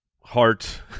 heart